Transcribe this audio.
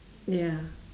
ya